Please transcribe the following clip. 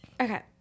Okay